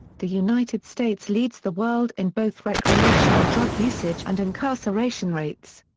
the united states leads the world in both recreational drug usage and incarceration rates.